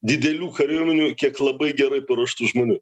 didelių kariuomenių kiek labai gerai paruoštų žmonių